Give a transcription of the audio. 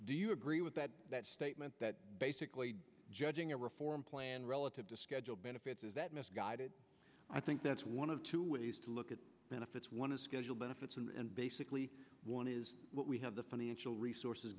do you agree with that statement that basically judging a reform plan relative to schedule benefits is that misguided i think that's one of two ways to look at benefits want to schedule benefits and basically one is what we have the financial resources